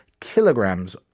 kilograms